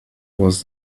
was